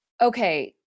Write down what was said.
okay